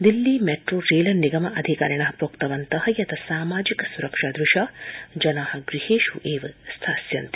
Delhi metro rail निगमाधिकारिण प्रोक्तवन्त यत् सामाजिक सुरक्षाद्रशा जना गृहेष् एव स्थास्यन्ति